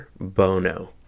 Bono